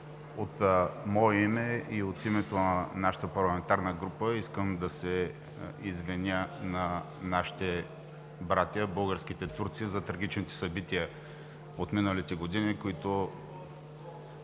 от мое име и от името на нашата парламентарна група искам да се извиня на нашите братя, българските турци, за трагичните събития от миналите години, които